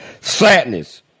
sadness